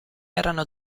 erano